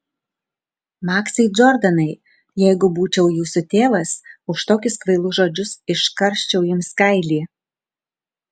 maksai džordanai jeigu būčiau jūsų tėvas už tokius kvailus žodžius iškarščiau jums kailį